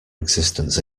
existence